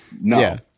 No